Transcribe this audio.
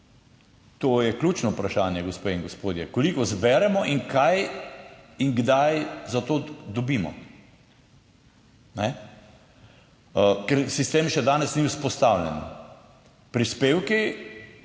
To je ključno vprašanje, gospe in gospodje, koliko zberemo in kaj in kdaj za to dobimo, ker sistem še danes ni vzpostavljen. Prispevki